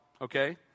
okay